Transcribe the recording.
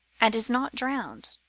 and is not drowned.